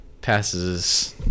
passes